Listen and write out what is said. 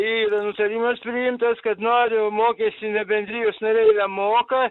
yra nutarimas priimtas kad nario mokestį ne bendrijos nariai nemoka